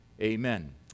amen